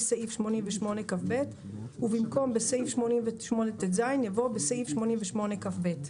סעיף 88כב" ובמקום "בסעיף 88טז" יבוא "בסעיף 88כב".